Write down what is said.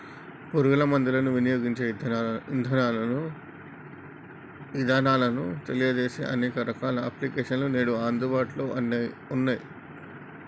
పురుగు మందులను వినియోగించే ఇదానాలను తెలియజేసే అనేక రకాల అప్లికేషన్స్ నేడు అందుబాటులో ఉన్నయ్యి